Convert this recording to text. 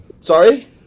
Sorry